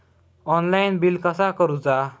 Online bill कसा करुचा?